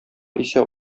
исә